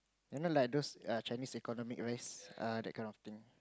you know like those Chinese economic rice ah that kind of thing